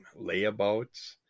layabouts